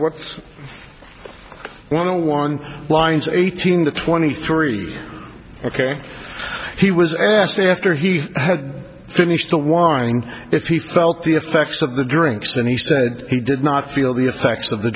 got one a one lines eighteen to twenty three ok he was asked after he had finished the wine if he felt the effects of the drinks and he said he did not feel the effects of the